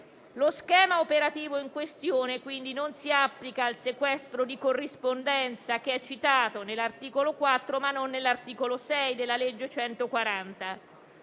Lo schema operativo in questione, quindi, non si applica al sequestro di corrispondenza, che è citato nell'articolo 4 ma non nell'articolo 6 della legge n.